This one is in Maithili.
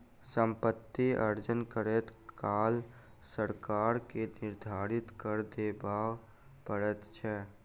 सम्पति अर्जन करैत काल सरकार के निर्धारित कर देबअ पड़ैत छै